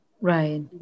right